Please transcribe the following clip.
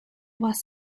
was